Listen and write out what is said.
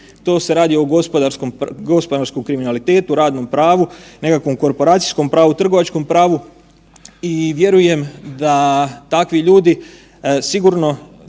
to se radi o gospodarskom kriminalitetu, radnom pravu, nekakvom korporacijskom pravu, trgovačkom pravu i vjerujem da takvi ljudi sigurno,